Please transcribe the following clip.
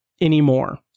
anymore